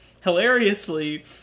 Hilariously